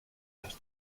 las